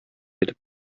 итеп